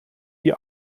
die